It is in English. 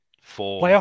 Four